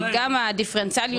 גם על הדיפרנציאליות,